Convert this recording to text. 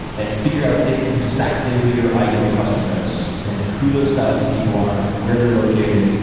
and figure out exactly who your ideal customer is and who those thousand people are, where they're located,